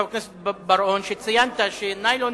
חבר הכנסת בר-און, שציינת שכשניילון